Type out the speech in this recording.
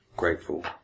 grateful